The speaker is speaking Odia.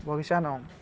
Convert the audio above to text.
ବଗିଚାନୁ